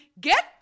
Get